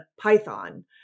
Python